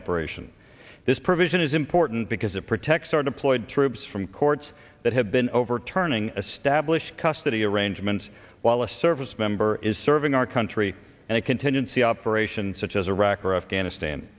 operation this provision is important because it protects our deployed troops from courts that have been overturning a stablished custody arrangement while a service member is serving our country and a contingency operation such as iraq or afghanistan